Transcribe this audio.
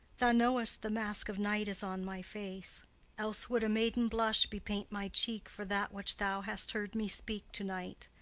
thou knowest the mask of night is on my face else would a maiden blush bepaint my cheek for that which thou hast heard me speak to-night.